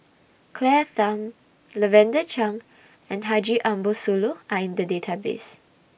Claire Tham Lavender Chang and Haji Ambo Sooloh Are in The Database